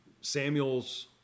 Samuel's